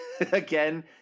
Again